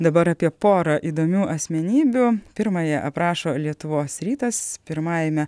dabar apie porą įdomių asmenybių pirmąją aprašo lietuvos rytas pirmajame